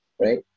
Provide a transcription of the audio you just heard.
right